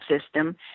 system